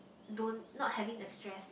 don't not having the stress